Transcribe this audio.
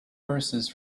verses